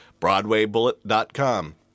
broadwaybullet.com